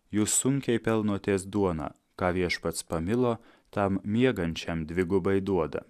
jūs sunkiai pelnotės duoną ką viešpats pamilo tam miegančiam dvigubai duoda